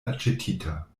aĉetita